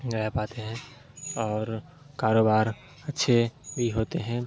رہ پاتے ہیں اور کاروبار اچھے بھی ہوتے ہیں